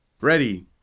Ready